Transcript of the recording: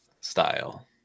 style